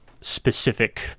specific